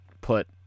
put